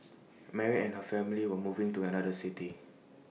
Mary and her family were moving to another city